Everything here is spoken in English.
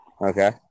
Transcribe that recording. Okay